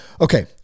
Okay